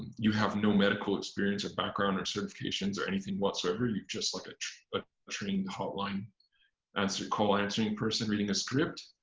you have no medical experience or background or certifications or anything whatsoever. you're just like ah but a trained hot line answer call answering person reading a script.